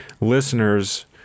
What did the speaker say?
listeners